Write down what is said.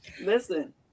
listen